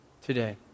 today